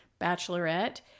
bachelorette